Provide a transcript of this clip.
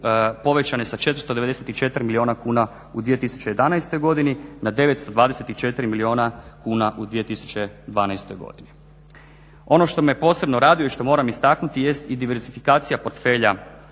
povećane sa 494 milijuna kuna u 2011. godini na 924 milijuna kuna u 2012. godini. Ono što me posebno raduje i što moram istaknuti jest i diversifikacija portfelja